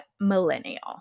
millennial